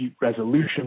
resolution